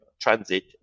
transit